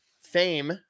fame